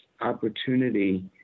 opportunity